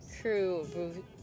crew